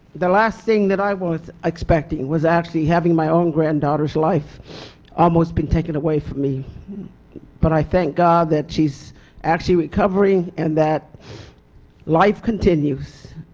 the last thing that i was expecting was actually having my own granddaughter's life almost be taken away from but i think ah that she's actually recovering, and that life continues.